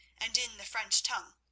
and in the french tongue.